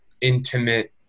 intimate